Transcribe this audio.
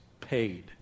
paid